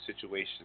situation